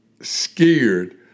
scared